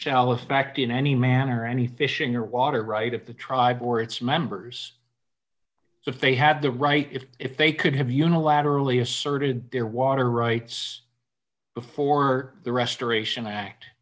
shall affect in any manner any fishing or water right of the tribe or its members so if they have the right if they could have unilaterally asserted their water rights before the restoration act